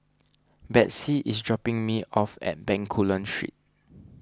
Betsey is dropping me off at Bencoolen Street